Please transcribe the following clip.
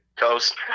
Coast